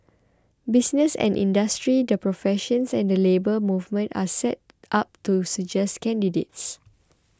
business and industry the professions and the Labour Movement are set up to suggest candidates